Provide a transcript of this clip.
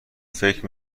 فکر